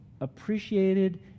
appreciated